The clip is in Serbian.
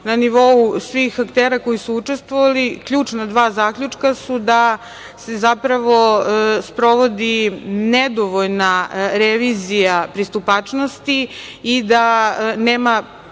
na nivou svih aktera koji su učestvovali i ključna dva zaključka su da se zapravo sprovodi nedovoljna revizija pristupačnosti i da nema